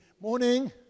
morning